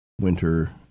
winter